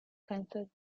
kansas